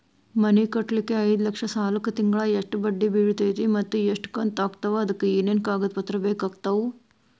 ಮನಿ ಕಟ್ಟಲಿಕ್ಕೆ ಐದ ಲಕ್ಷ ಸಾಲಕ್ಕ ತಿಂಗಳಾ ಎಷ್ಟ ಬಡ್ಡಿ ಬಿಳ್ತೈತಿ ಮತ್ತ ಎಷ್ಟ ಕಂತು ಆಗ್ತಾವ್ ಅದಕ ಏನೇನು ಕಾಗದ ಪತ್ರ ಬೇಕಾಗ್ತವು?